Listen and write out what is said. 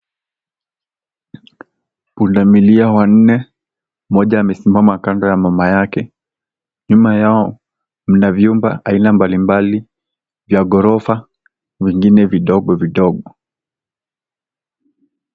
Pundamilia wannne, mmoja amesimama kando ya mama yake. Nyuma yao mna vyumba aina mbalimbali vya ghorofa, vingine vidogovidogo.